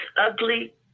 ugly